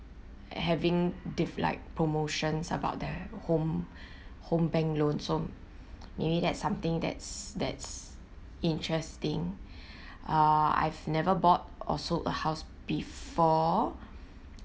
having diff~ like promotions about the home home bank loan so maybe that's something that's that's interesting ah I've never bought or sold a house before